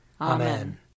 Amen